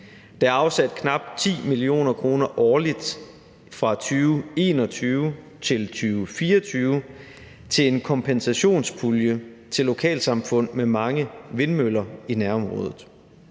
Der er afsat knap 10 mio. kr. årligt fra 2021 til 2024 til en kompensationspulje til lokalsamfund med mange vindmøller i nærområdet.